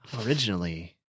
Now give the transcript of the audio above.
Originally